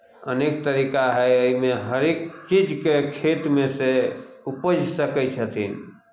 अनेक तरीका हइ एहिमे हरेक चीजके खेतमे से उपजि सकै छथिन